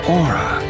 aura